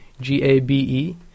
G-A-B-E